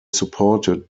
supported